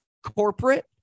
Corporate